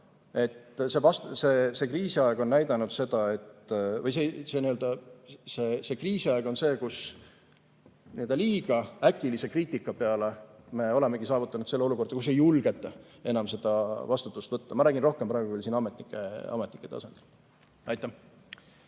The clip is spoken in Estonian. rollid. Aga ma kardan, et see kriisiaeg on see, kus liiga äkilise kriitika peale me olemegi saavutanud selle olukorra, kus ei julgeta enam seda vastutust võtta. Ma räägin rohkem praegu küll siin ametnike tasandist.